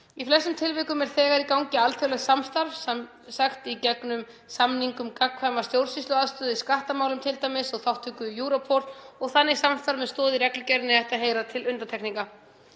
Í flestum tilvikum er þegar í gangi alþjóðlegt samstarf í gegnum samninga um gagnkvæma stjórnsýsluaðstoð í skattamálum t.d. og þátttöku í Europol og þannig samstarf með stoð í reglugerðinni ætti að heyra til undantekninga.